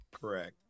Correct